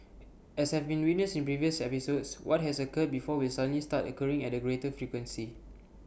as have been witnessed in previous episodes what has occurred before will suddenly start occurring at A greater frequency